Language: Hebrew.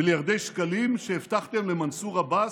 מיליארדי שקלים שהבטחתם למנסור עבאס,